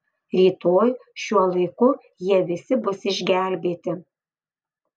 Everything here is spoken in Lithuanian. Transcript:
rytoj šiuo laiku jie visi bus išgelbėti